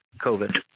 COVID